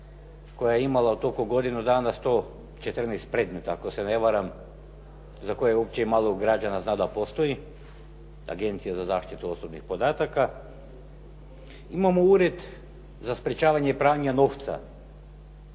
koja je imala u toku godine dana 114 predmeta ako se ne varam, za koje uopće malo građana zna da postoji, Agencija za zaštitu osobnih podataka. Imamo Ured za sprečavanje pranja novaca